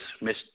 Miss